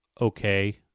okay